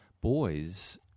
boys